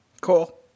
Cool